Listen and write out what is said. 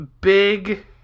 Big